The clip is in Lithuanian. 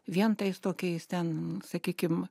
vien tais tokiais ten sakykim